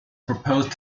proposed